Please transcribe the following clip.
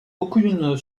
aucune